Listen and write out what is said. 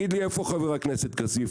איפה חבר הכנסת כסיף?